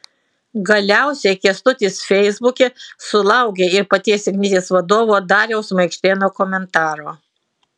galiausiai kęstutis feisbuke sulaukė ir paties ignitis vadovo dariaus maikštėno komentaro